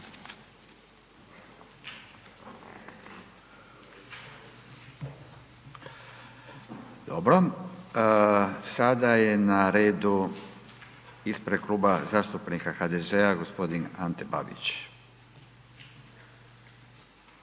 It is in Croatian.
Dobro. Sada je na redu ispred Kluba zastupnika HDZ-a g. Ante Babić.